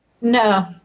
No